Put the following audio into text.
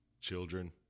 Children